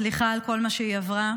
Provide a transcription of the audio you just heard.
סליחה על כל מה שהיא עברה,